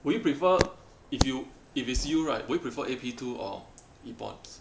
would you prefer if you if it's you right would you prefer A P two or Epon